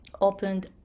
opened